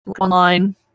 online